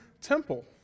temple